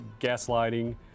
gaslighting